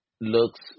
looks